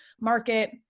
market